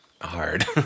hard